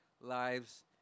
lives